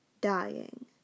Dying